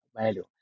value